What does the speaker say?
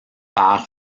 par